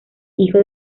hijo